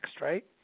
right